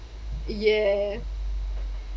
ya